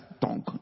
tongue